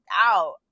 out